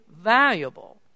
valuable